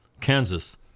Kansas